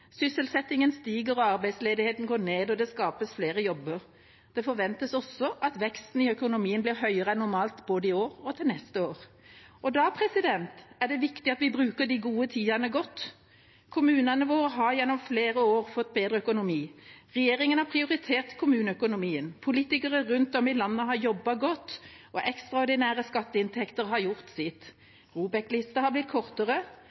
Sysselsettingen stiger, arbeidsledigheten går ned, og det skapes flere jobber. Det forventes også at veksten i økonomien blir høyere enn normalt både i år og til neste år. Da er det viktig at vi bruker de gode tidene godt. Kommunene våre har gjennom flere år fått bedre økonomi. Regjeringen har prioritert kommuneøkonomien. Politikere rundt i landet har jobbet godt, og ekstraordinære skatteinntekter har gjort sitt. ROBEK-lista har blitt kortere,